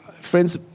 Friends